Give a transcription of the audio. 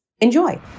Enjoy